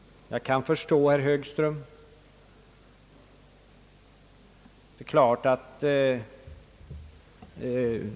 Jag kan förstå herr Högströms reaktion på den punkten.